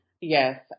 Yes